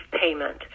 payment